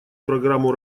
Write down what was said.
программу